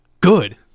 good